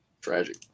Tragic